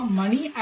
money